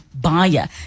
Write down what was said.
Buyer